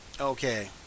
Okay